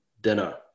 dinner